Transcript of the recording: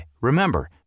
remember